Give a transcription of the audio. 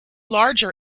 larger